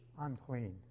unclean